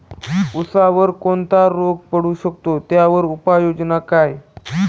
ऊसावर कोणता रोग पडू शकतो, त्यावर उपाययोजना काय?